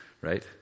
right